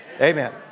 Amen